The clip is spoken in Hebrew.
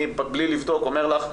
אני בלי לבדוק אומר לך,